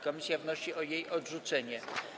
Komisja wnosi o jej odrzucenie.